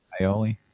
aioli